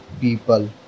people